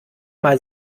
mal